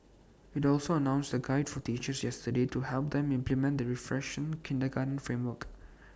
IT also announced A guide for teachers yesterday to help them implement the refreshed kindergarten framework